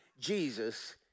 Jesus